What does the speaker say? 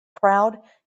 crowd